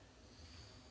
Hvala.